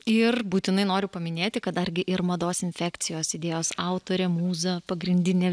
ir būtinai noriu paminėti kad dargi ir mados infekcijos idėjos autorė mūza pagrindinė